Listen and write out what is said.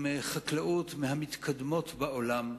עם חקלאות מהמתקדמות בעולם,